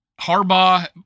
Harbaugh